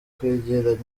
kwegeranya